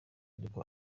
ariko